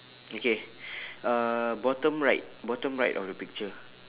okay uh bottom right bottom right of the picture